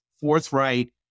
forthright